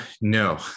no